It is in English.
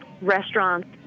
restaurants